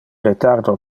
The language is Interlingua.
retardo